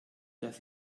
dass